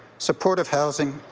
supportive housing,